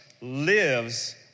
lives